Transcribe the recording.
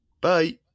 Bye